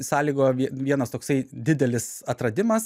sąlygojo vie vienas toksai didelis atradimas